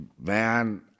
Man